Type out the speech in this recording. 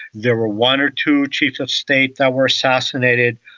there were one or two two of state that were assassinated.